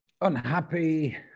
unhappy